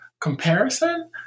comparison